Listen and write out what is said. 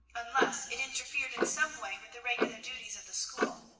unless it interfered in some way with the regular duties of the school.